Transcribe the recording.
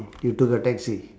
you took a taxi